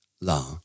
La